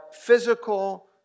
physical